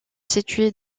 situé